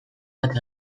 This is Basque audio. bat